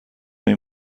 این